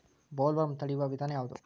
Bollworm ತಡಿಯು ವಿಧಾನ ಯಾವ್ದು?